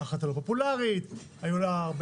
החלטה לא פופולארית היו לה הרבה